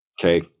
Okay